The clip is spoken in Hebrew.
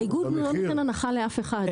האיגוד לא נותן הנחה לאף אחד,